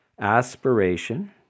aspiration